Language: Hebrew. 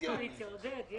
יש קואליציה, עודד.